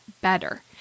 better